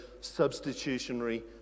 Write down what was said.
substitutionary